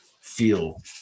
feel